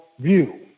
view